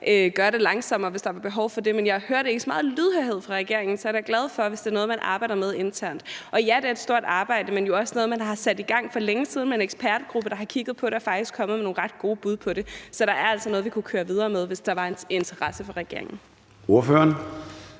eller gå langsommere frem, hvis der var behov for det, men jeg hørte ikke så meget lydhørhed fra regeringens side, så det glæder mig da, hvis det er noget, man arbejder med internt. Ja, det er et stort arbejde, men det er jo også noget, man har sat i gang for længe siden med nedsættelsen af en ekspertgruppe, der har kigget på det og faktisk er kommet med nogle ret gode bud på det. Så der er altså noget, vi kunne køre videre med, hvis der var interesse for det fra regeringens side.